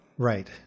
Right